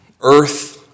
Earth